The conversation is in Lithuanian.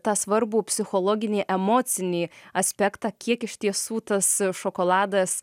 tą svarbų psichologinį emocinį aspektą kiek iš tiesų tas šokoladas